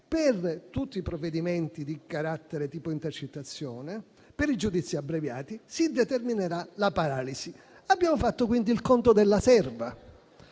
per tutti i provvedimenti a carattere di intercettazione e per i giudizi abbreviati: si determinerà la paralisi. Abbiamo fatto quindi il conto della serva.